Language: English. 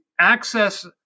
access